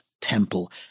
temple